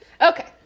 Okay